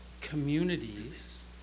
communities